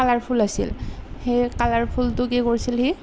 colourful আছিল সেই কালাৰফুলটো কি কৰিছিল সি